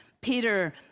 peter